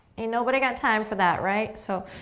ain't nobody got time for that, right? so,